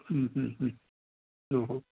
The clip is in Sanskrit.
हो हो